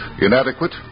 inadequate